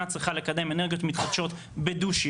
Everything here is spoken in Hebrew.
צריכה לקדם אנרגיות מתחדשות בדו-שימוש.